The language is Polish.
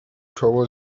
czoło